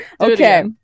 Okay